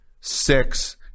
six